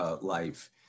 life